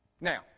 Now